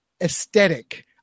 aesthetic